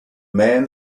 man